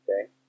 Okay